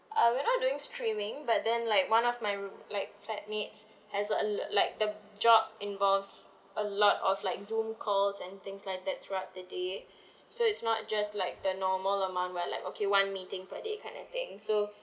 uh we're not doing streaming but then like one of my like like flat mates has a lot~ like the job involves a lot of like zoom calls and things throughout the day so it's not just like the normal amount where like okay one meeting per day kind of thing so